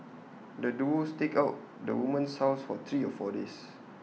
the duo staked out the woman's house for three or four days